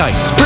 Ice